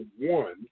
one